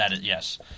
yes